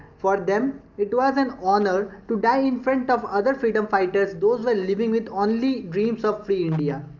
for them it was an honor to die in-front of other freedom fighters those where living with only dreams of free india.